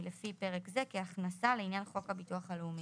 לפי פרק זה כהכנסה לעניין חוק הביטוח הלאומי.